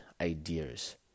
ideas